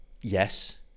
yes